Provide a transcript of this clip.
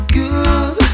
good